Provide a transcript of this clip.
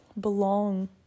belong